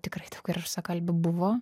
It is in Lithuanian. tikrai rusakalbių buvo